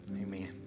Amen